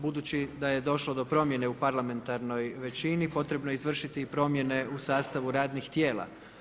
Budući da je došlo do promjene u parlamentarnoj većini, potrebno je izvršiti promjene u sastavu radnih tijela.